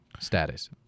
status